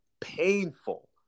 Painful